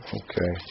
okay